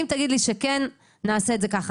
אם תגיד לי שכן, נעשה את זה כך.